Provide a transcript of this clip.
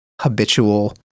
habitual